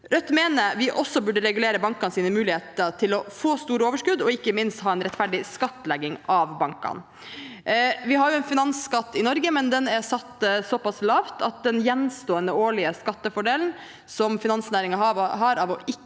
Rødt mener vi også burde regulere bankenes muligheter til å få store overskudd og ikke minst ha en rettferdig skattlegging av bankene. Vi har jo en finansskatt i Norge, men den er satt såpass lavt at den gjenstående årlige skattefordelen som finansnæringen har av ikke